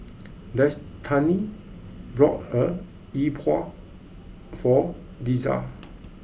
Destany bought a e-bua for Deja